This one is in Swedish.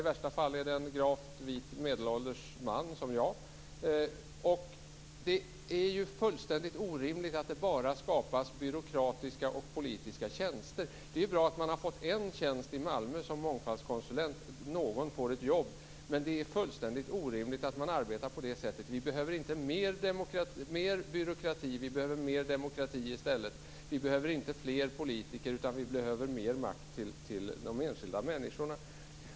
I värsta fall är det en gravt vit medelålders man som jag. Det är fullständigt orimligt att det bara skapas byråkratiska och politiska tjänster. Det är bra att man har fått en tjänst i Malmö som mångfaldskonsulent. Det innebär att någon får ett jobb. Men det är fullständigt orimligt att man arbetar på det sättet. Vi behöver inte mer byråkrati. Vi behöver mer demokrati i stället. Vi behöver inte fler politiker, utan vi behöver mer makt till de enskilda människorna.